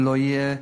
ולא יהיה,